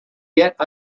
yet